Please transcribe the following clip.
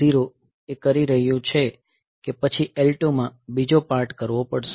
0 એ કરી રહ્યો છે કે પછી L2 માં બીજો પાર્ટ કરવો પડશે